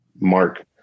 Mark